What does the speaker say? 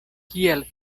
kial